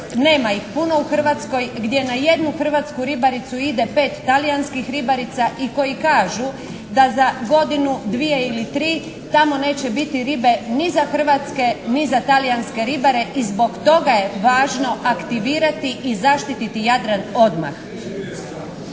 nema ih puno u Hrvatskoj, gdje na jednu hrvatsku ribaricu ide 5 talijanskih ribarica i koji kažu da za godinu, dvije ili tri tamo neće biti ribe ni za hrvatske ni za talijanske ribare i zbog toga je važno aktivirati i zaštititi Jadran odmah.